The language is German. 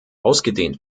ausgedehnt